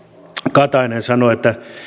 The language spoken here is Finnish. katainen sanoi että